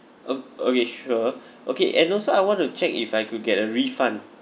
oh okay sure okay and also I want to check if I could get a refund